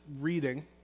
reading